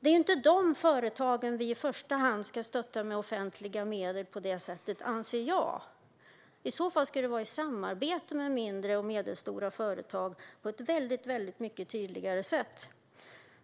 Det är ju inte i första hand dessa företag som vi ska stötta med offentliga medel. I så fall ska det ske i samarbete med mindre och medelstora företag på ett mycket tydligare sätt.